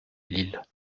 lille